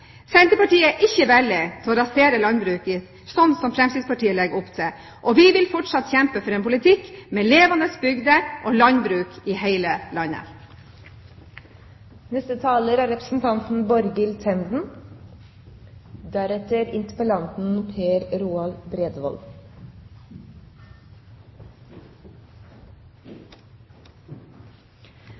Senterpartiet er ikke villig til å rasere landbruket, slik Fremskrittspartiet legger opp til. Vi vil fortsatt kjempe for en politikk med levende bygder og landbruk i hele landet. Interpellanten